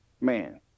man